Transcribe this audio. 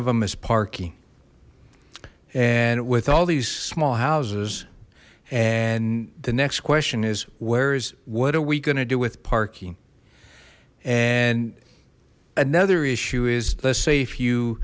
them is parking and with all these small houses and the next question is where is what are we going to do with parking and another issue is let's say if you